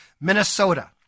Minnesota